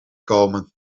komen